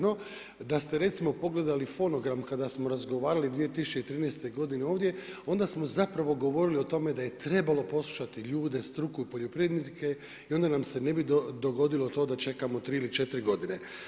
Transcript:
No, da ste recimo pogledali fonogram kada smo razgovarali 2013. godine ovdje onda smo zapravo govorili o tome da je trebalo poslušati ljude, struku, poljoprivrednike i onda nam se ne bi dogodilo to da čekamo 3 ili 4 godine.